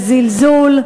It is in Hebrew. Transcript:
וזלזול,